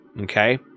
Okay